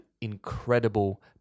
incredible